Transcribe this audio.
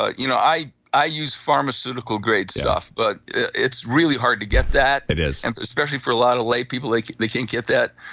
ah you know i i use pharmaceutical grade stuff, but it's really hard to get that it is and so especially for a lot of laypeople, like they can't get that.